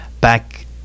back